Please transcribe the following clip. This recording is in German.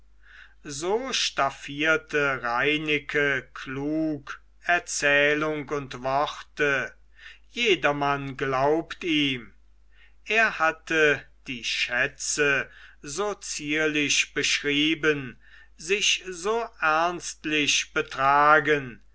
so staffierte reineke klug erzählung und worte jedermann glaubt ihm er hatte die schätze so zierlich beschrieben sich so ernstlich betragen